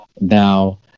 Now